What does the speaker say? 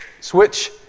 switch